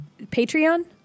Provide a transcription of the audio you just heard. Patreon